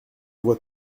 vois